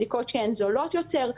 בדיקות שהן זולות יותר,